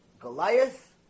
Goliath